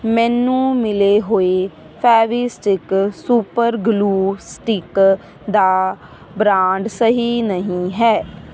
ਮੈਨੂੰ ਮਿਲੇ ਹੋਏ ਫੇਵਿਸਟਿਕ ਸੁਪਰ ਗਲੂ ਸਟਿਕ ਦਾ ਬ੍ਰਾਂਡ ਸਹੀ ਨਹੀਂ ਹੈ